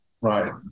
Right